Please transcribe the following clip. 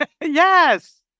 Yes